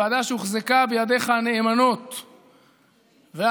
ועדה שהוחזקה בידיך הנאמנות וההגונות,